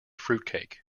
fruitcake